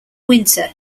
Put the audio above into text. winter